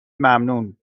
ممنون